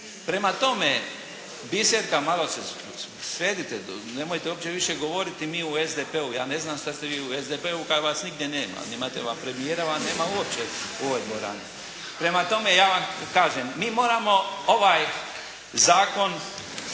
Prema tome, Biserka malo se sredite, nemojte uopće više govoriti mi u SDP-u. Ja ne znam šta ste vi u SDP-u kad vas nigdje nema, premijera vam nema uopće u ovoj dvorani. Prema tome ja vam kažem, mi moramo ovaj zakon